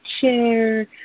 chair